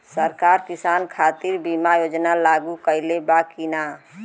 सरकार किसान खातिर बीमा योजना लागू कईले बा की ना?